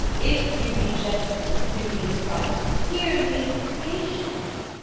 if you be gentlemen, do me this right hear me with patience.